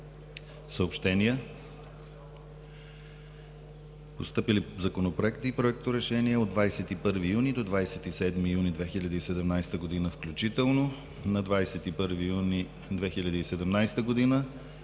Съобщения. Постъпили законопроекти и проекторешения от 21 юни до 27 юни 2017 г. включително: На 21 юни 2017 г.